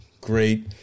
great